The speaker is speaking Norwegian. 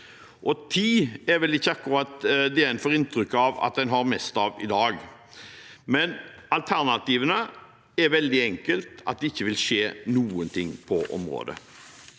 Tid er ikke akkurat det en får inntrykk av at en har mest av i dag, men alternativet er veldig enkelt at det ikke vil skje noen ting på området.